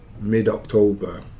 mid-October